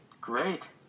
Great